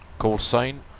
callsign